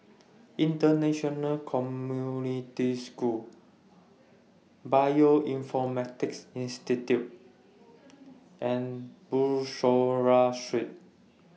International Community School Bioinformatics Institute and Bussorah Street